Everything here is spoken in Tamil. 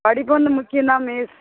படிப்பும் வந்து முக்கியம் தான் மிஸ்